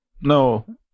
no